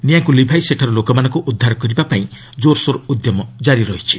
ନିଆଁକୁ ଲିଭାଇ ସେଠାରୁ ଲୋକମାନଙ୍କୁ ଉଦ୍ଧାର କରିବାପାଇଁ ଜୋର୍ସୋର୍ ଉଦ୍ୟମ କାରି ରହିଛି